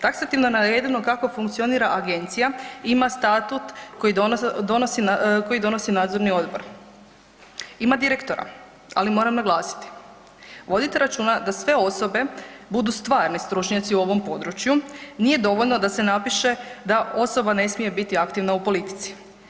Taksativno navedeno kako funkcionira agencija, ima statut koji donosi nadzorni odbor, ima direktora ali moram naglasiti vodite računa da sve osobe budu stvarni stručnjaci u ovom području nije dovoljno da se napiše da osoba ne smije biti aktivna u politici.